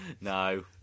No